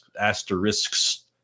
asterisks